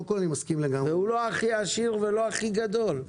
הוא לא הכי עשיר ולא הכי גדול,